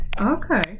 Okay